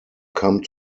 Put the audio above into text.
come